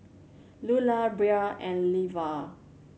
Lulah Bria and Leva